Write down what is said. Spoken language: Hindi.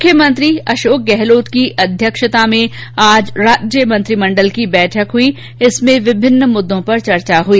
मुख्यमंत्री अशोक गहलोत की अध्यक्षता में आज राज्य मंत्रीमंडल की बैठक हुई जिसमें विभिन्न मुद्दों पर चर्चा हुई